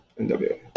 NWA